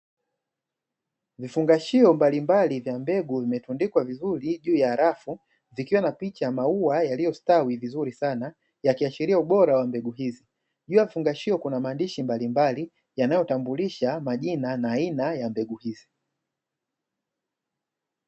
Vifungashio mbalimbali vya mbegu vimetundikwa vizuri juu ya rafu zikiwa na picha ya maua yaliostawi vizuri sana yakiashiria ubora wa mbegu hizi. Juu ya vifungashio kuna maandishi mbalimbali yanatotambulisha majina na aina ya mbegu hizi.